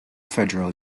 federal